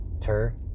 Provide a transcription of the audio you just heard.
Tur